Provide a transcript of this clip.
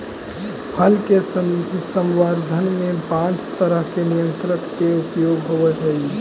फल के संवर्धन में पाँच तरह के नियंत्रक के उपयोग होवऽ हई